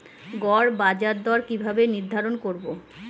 গড় বাজার দর কিভাবে নির্ধারণ করব?